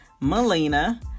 Melina